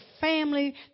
family